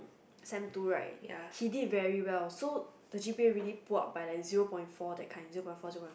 sem two right he did very well so the g_p_a really pull up by like zero point four that kind zero point four zero point five